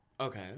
Okay